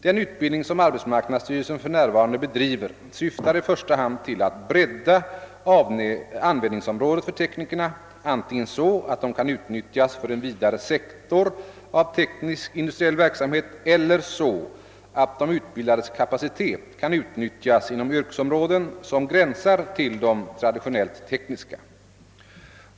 Den utbildning som arbetsmarknadsstyrelsen f. n. bedriver syftar i första hand till att bredda användningsområdet för teknikerna, antingen så att de kan utnyttjas för en vidare sektor av teknisk-industriell verksamhet eller så att de utbildades kapacitet kan utnyttjas inom yrkesområden som gränsar till de traditionellt tekniska.